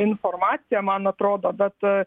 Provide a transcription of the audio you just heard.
informacija man atrodo bet